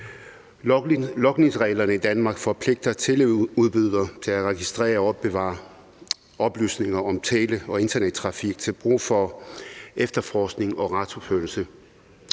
Logningsreglerne i Danmark forpligter teleudbydere til at registrere og opbevare oplysninger om tale- og internettrafik til brug for efterforskning og retsforfølgelse.